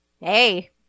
Hey